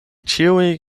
ĉiuj